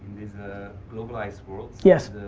this globalized world yes?